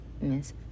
Miss